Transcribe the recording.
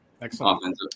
Excellent